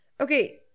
Okay